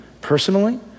personally